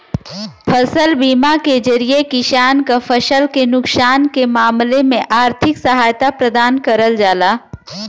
फसल बीमा के जरिये किसान क फसल के नुकसान के मामले में आर्थिक सहायता प्रदान करल जाला